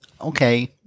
Okay